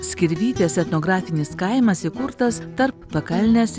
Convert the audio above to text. skirvytės etnografinis kaimas įkurtas tarp pakalnės